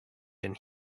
and